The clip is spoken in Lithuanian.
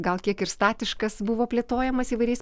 gal kiek ir statiškas buvo plėtojamas įvairiais